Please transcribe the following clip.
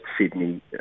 Sydney